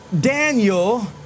Daniel